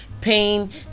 pain